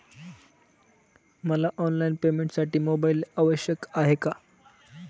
मला ऑनलाईन पेमेंटसाठी मोबाईल आवश्यक आहे का?